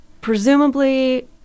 presumably